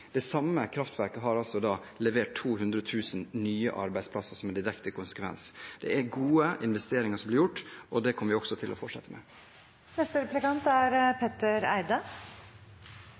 Det samme kraftverket har levert 200 000 nye arbeidsplasser som en direkte konsekvens. Det er gode investeringer som er blitt gjort, og det kommer vi også til å fortsette med.